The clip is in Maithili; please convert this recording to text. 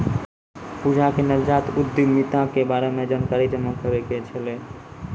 पूजा के नवजात उद्यमिता के बारे मे जानकारी जमा करै के छलै